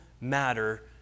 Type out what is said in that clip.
matter